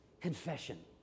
Confession